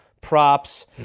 props